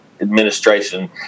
administration